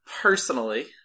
personally